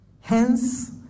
Hence